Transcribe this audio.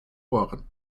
ohren